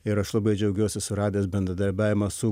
ir aš labai džiaugiuosi suradęs bendradarbiavimą su